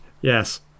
Yes